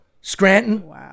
Scranton